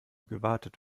gewartet